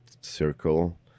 circle